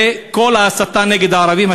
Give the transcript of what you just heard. וכל ההסתה נגד הערבים,